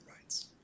rights